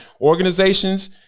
Organizations